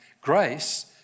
Grace